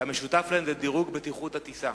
שהמשותף להן הוא דירוג בטיחות הטיסה.